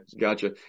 gotcha